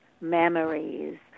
memories